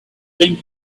same